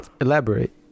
Elaborate